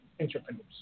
entrepreneurs